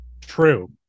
True